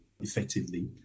effectively